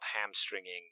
hamstringing